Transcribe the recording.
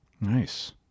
Nice